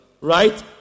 right